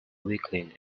weakling